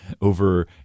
over